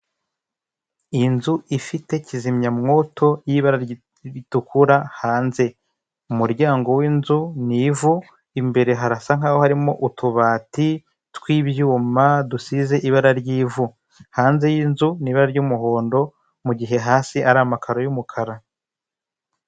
Inzu ifite kizimyamwoto y'ibara ritukura hanze, umuryango w'inzu ni ivu, imbere harasa nkaho harimo utubati tw'ibyuma dusize ibara ry'ivu, hanze y'inzu ni ibara ry'umuhondo mugihe hasi ari amakaro y'umukara.